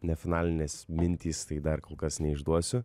ne finalinės mintys tai dar kol kas neišduosiu